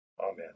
Amen